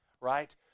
right